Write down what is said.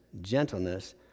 gentleness